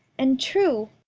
and true.